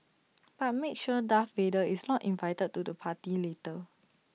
but make sure Darth Vader is not invited to the party later